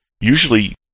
Usually